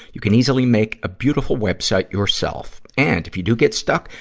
you can easily make a beautiful web site yourself. and if you do get stuck,